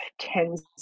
tends